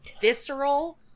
visceral